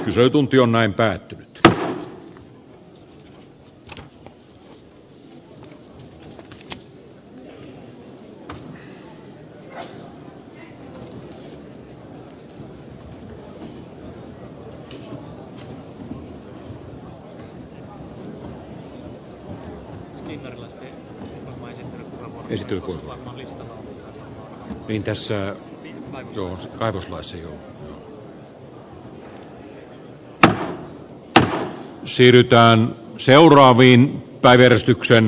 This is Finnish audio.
hallitusohjelmaan on kirjattu että se on laillinen elinkeino jota kehitetään